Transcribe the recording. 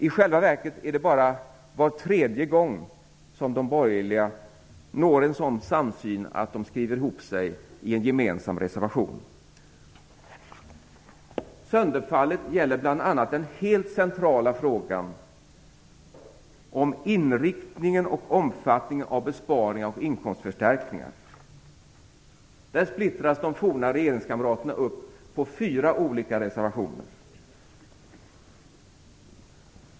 I själva verket är det bara var tredje gång som de borgerliga når en sådan samsyn att de skriver ihop sig i en gemensam reservation. Sönderfallet gäller bl.a. den helt centrala frågan om inriktningen och omfattningen av besparingar och inkomstförstärkningar. Där splittras de forna regeringskamraterna upp på fyra olika reservationer.